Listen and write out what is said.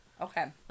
Okay